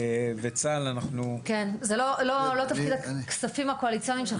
אלה היו 20 דקות, אבל זה היה כל כך מדויק